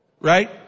right